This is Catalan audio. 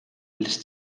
les